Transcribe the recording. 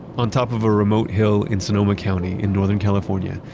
on top of a remote hill in sonoma county, in northern california,